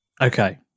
okay